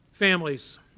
families